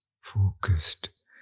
focused